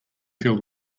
field